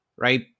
right